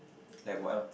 like what